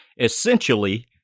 essentially